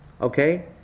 Okay